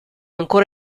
ancora